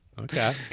Okay